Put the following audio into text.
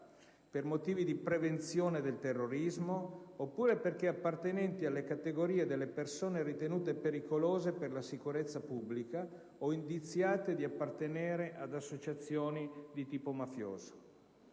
per motivi di prevenzione del terrorismo, oppure perché appartenenti alle categorie delle persone ritenute pericolose per la sicurezza pubblica o indiziate di appartenere ad associazioni di tipo mafioso.